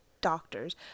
doctors